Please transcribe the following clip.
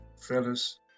fellas